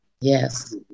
Yes